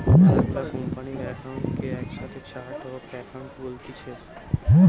মেলা গুলা কোম্পানির একাউন্ট কে একসাথে চার্ট অফ একাউন্ট বলতিছে